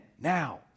Now